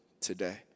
today